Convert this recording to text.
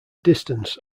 distance